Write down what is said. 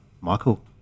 Michael